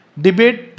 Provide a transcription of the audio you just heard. debate